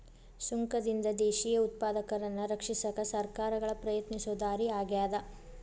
ಸುಂಕದಿಂದ ದೇಶೇಯ ಉತ್ಪಾದಕರನ್ನ ರಕ್ಷಿಸಕ ಸರ್ಕಾರಗಳ ಪ್ರಯತ್ನಿಸೊ ದಾರಿ ಆಗ್ಯಾದ